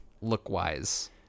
look-wise